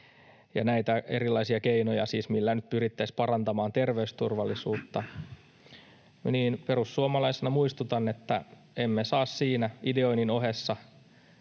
ja näitä erilaisia keinoja, millä nyt pyrittäisiin parantamaan terveysturvallisuutta, perussuomalaisena muistutan, että emme saa siinä ideoinnin ohessa